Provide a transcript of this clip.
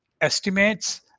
estimates